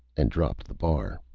and dropped the bar.